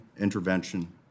intervention